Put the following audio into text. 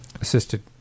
assisted